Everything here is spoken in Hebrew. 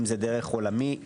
אם זה דרך עולמי,